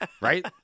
right